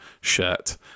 shirt